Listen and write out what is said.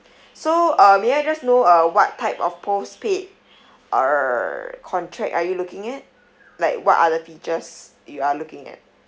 so uh may I just know uh what type of postpaid err contract are you looking at like what are the features you are looking at